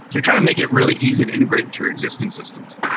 we're trying to make it really easy to integrate into your existing systems.